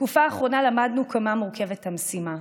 בתקופה האחרונה למדנו כמה מורכבת המשימה.